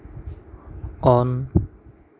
on